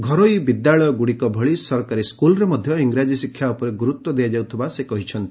ଘରୋଇ ବିଦ୍ୟାଳୟ ଗୁଡିକ ଭଳି ସରକାରୀ ସ୍କୁଲରେ ଇଂରାଜୀ ଶିକ୍ଷା ଉପରେ ଗୁରୁତ୍ ଦିଆଯାଉଥିବା ସେ କହିଛନ୍ତି